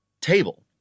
table